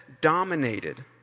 dominated